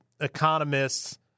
economists